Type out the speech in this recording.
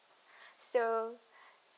so